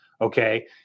okay